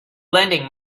lending